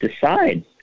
Decide